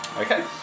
Okay